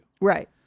Right